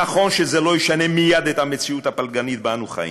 נכון שזה לא ישנה מייד את המציאות הפלגנית שבה אנו חיים,